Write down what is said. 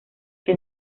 que